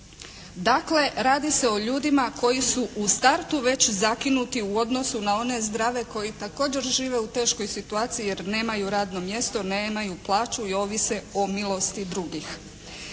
Dakle, radi se o ljudima koji su u startu već zakinuti u odnosu na one zdrave koji također žive u teškoj situaciji jer nemaju radno mjesto, nemaju plaću i ovise o milosti drugih.